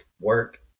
work